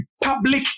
public